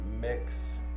mix